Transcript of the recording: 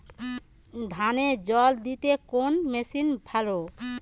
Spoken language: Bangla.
ধানে জল দিতে কোন মেশিন ভালো?